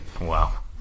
Wow